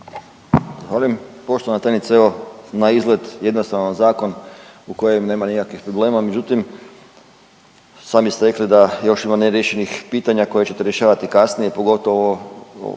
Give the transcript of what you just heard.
Zahvaljujem. Poštovana tajnice, evo, naizgled jednostavan zakon u kojem nema nikakvih problema, međutim, sami ste rekli da još ima neriješenih pitanja koja ćete rješavati kasnije, pogotovo u